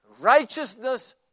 righteousness